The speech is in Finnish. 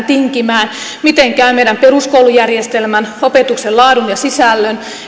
tinkimään miten käy meidän peruskoulujärjestelmän opetuksen laadun ja sisällön